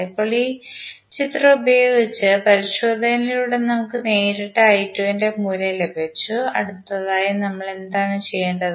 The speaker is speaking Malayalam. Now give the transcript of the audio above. ഇപ്പോൾ ഈ ചിത്രം ഉപയോഗിച്ച് പരിശോധനയിലൂടെ നമുക്ക് നേരിട്ട് ന്റെ മൂല്യം ലഭിച്ചു അടുത്തതായി നമ്മൾ എന്താണ് ചെയ്യേണ്ടത്